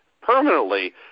permanently